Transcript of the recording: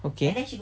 okay